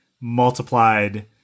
multiplied